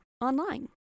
online